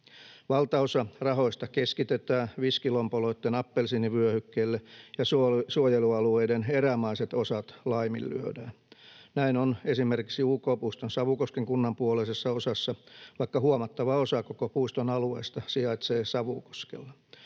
Valtaosa rahoista keskitetään viskilompoloitten appelsiinivyöhykkeelle ja suojelualueiden erämaiset osat laiminlyödään. Näin on esimerkiksi UK-puiston Savukosken kunnan puoleisessa osassa, vaikka huomattava osa koko puiston alueesta sijaitsee Savukoskella.